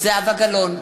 זהבה גלאון,